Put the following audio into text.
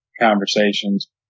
conversations